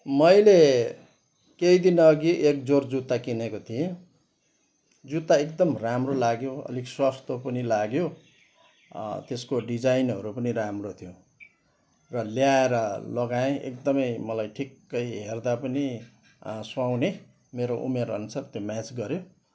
मैले केही दिन अगि एक जोर जुत्ता किनेको थिएँ जुत्ता एकदम राम्रो लाग्यो अलिक सस्तो पनि लाग्यो त्यसको डिजाइनहरू पनि राम्रो थियो र ल्याएर लगाएँ एकदमै मलाई ठिक्कै हेर्दा पनि सुहाउने मेरो उमेर अनुसार त्यो म्याच गऱ्यो